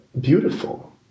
beautiful